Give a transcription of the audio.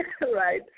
Right